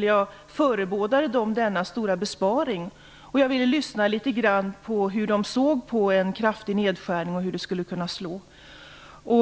Jag förebådade dem denna stora besparing, och jag ville lyssna litet grand på hur de såg på hur en kraftig nedskärning skulle kunna slå.